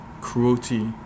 cruelty